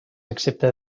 excepte